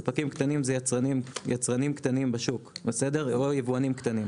ספקים קטנים זה יצרנים קטנים בשוק או יבואנים קטנים,